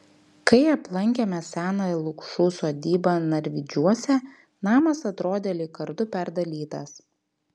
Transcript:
kai aplankėme senąją lukšų sodybą narvydžiuose namas atrodė lyg kardu perdalytas